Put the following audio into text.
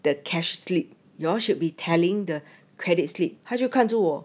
the cash slip you all should be telling the credit slip 他就看着我